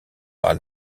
par